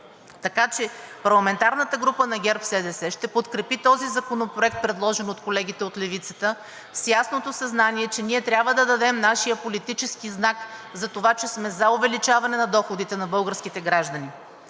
получи. Парламентарната група на ГЕРБ-СДС ще подкрепи този законопроект, предложен от колегите от левицата, с ясното съзнание, че ние трябва да дадем нашия политически знак за това, че сме за увеличаване на доходите на българските граждани.